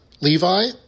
Levi